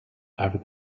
after